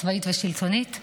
צבאית ושלטונית.